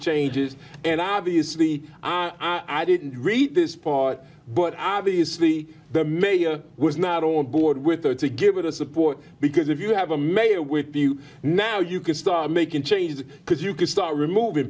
changes and i obviously i i didn't read this part but obviously the mayor was not on board with her to give it a support because if you have a mayor with you now you can start making changes because you can start removing